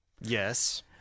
yes